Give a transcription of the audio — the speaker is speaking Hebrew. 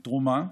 תרומה.